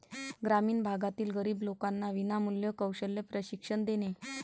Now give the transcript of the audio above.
ग्रामीण भागातील गरीब लोकांना विनामूल्य कौशल्य प्रशिक्षण देणे